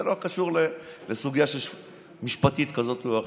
זה לא קשור לסוגיה משפטית כזאת או אחרת,